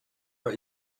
our